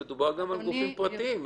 -- מדובר גם על גופים פרטיים.